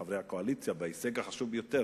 חברי הקואליציה, בהישג החשוב ביותר: